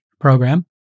program